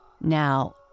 Now